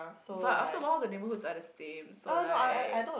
but after awhile the neighbourhoods are the same so like